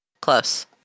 Close